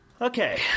Okay